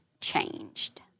changed